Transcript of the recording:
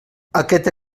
aquesta